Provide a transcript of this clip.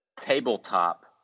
tabletop